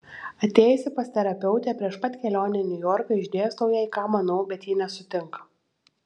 atėjusi pas terapeutę prieš pat kelionę į niujorką išdėstau jai ką manau bet ji nesutinka